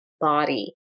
body